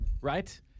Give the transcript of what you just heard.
right